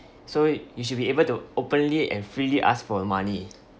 so you should be able to openly and freely ask for the money